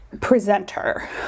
presenter